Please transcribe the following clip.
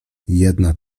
jedna